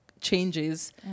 changes